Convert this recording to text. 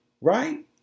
right